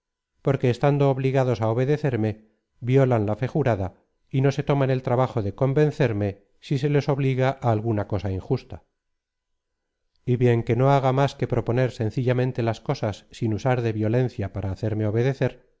porque estando obligados á obedecerme violan la fe jurada y no se toman el trabajo de convencerme si se les obliga á alguna cosa injusta y bien que no haga más que proponer sencillamente las cosas sin usar de violencia para hacerme obedecer